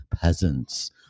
peasants